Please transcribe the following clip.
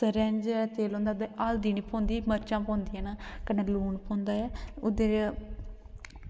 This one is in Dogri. ते तेल होइया हल्दी निं पौंदी ते मर्चां पौंदियां न ते कन्नै लून पौंदा ऐ ते ओह्दी बजह कन्नै